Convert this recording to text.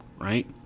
right